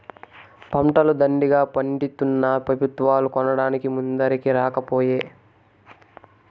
పంటలు దండిగా పండితున్నా పెబుత్వాలు కొనడానికి ముందరికి రాకపోయే